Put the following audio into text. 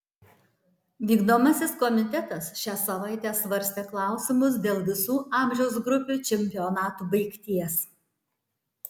vykdomasis komitetas šią savaitę svarstė klausimus dėl visų amžiaus grupių čempionatų baigties